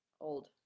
old